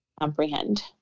comprehend